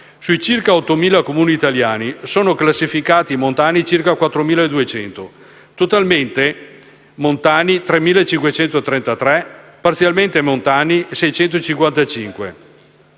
su circa 8.000 Comuni italiani, sono classificati montani circa 4.200, totalmente montani 3.533 e parzialmente montani 655